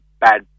bad